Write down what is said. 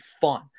fun